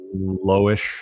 Lowish